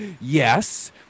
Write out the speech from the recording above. Yes